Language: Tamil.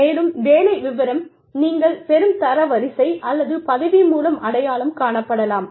மேலும் வேலை விவரம் நீங்கள் பெறும் தரவரிசை அல்லது பதவி மூலம் அடையாளம் காணப்படலாம்